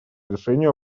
решению